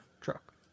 truck